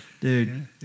dude